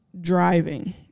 driving